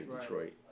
Detroit